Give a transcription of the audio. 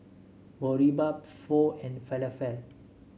Boribap Pho and Falafel